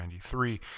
1993